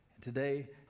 Today